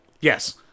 yes